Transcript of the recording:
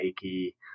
achy